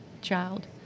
child